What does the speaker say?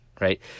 right